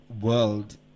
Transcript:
world